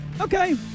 Okay